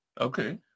Okay